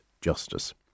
justice